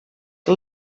que